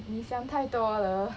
你想太多了